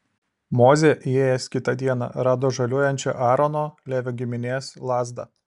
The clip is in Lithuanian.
mozė įėjęs kitą dieną rado žaliuojančią aarono levio giminės lazdą